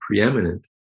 preeminent